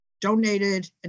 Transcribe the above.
donated